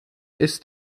ist